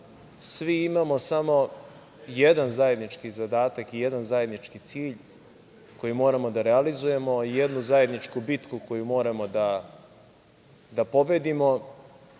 svi imamosamo jedan zajednički zadatak i jedan zajednički cilj koji moramo da realizujemo i jednu zajedničku bitku koju moramo da pobedimo